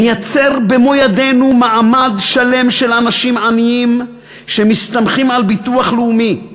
נייצר במו ידינו מעמד שלם של אנשים עניים שמסתמכים על ביטוח לאומי,